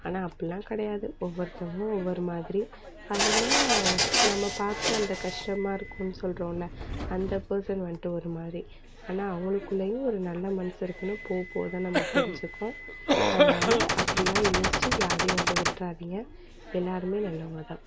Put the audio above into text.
ஆனால் அப்புடில்லாம் கிடையாது ஒவ்வொருத்தங்களும் ஒவ்வொரு மாதிரி அதில் நம்ம பார்க்குற அந்த கஷ்டமாக இருக்கும்னு சொல்றோமில்ல அந்த பர்சன் வந்துட்டு ஒரு மாதிரி ஆனால் அவங்களுக்குள்ளையும் ஒரு நல்ல மனது இருக்குதுன்னு போகப் போக தான் நம்ம தெரிஞ்சுக்குவோம் அதனால அப்புடில்லாம் யோசித்து யாரையும் வந்து விட்டுறாதிங்க எல்லோருமே நல்லவங்க தான்